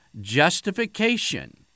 justification